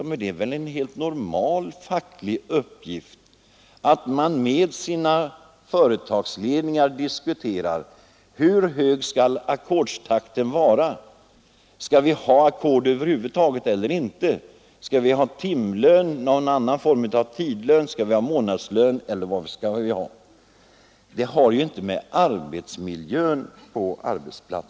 Men det är väl en helt normal facklig uppgift att med företagsledningen diskutera hur hög ackordstakten skall vara, om man över huvud taget skall ha ackord eller om man skall ha timlön, någon annan form av tidlön, månadslön eller annat. Det har inte med arbetsmiljön att göra.